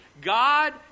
God